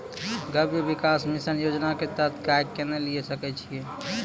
गव्य विकास मिसन योजना के तहत गाय केना लिये सकय छियै?